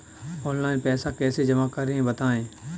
Online पैसा कैसे जमा करें बताएँ?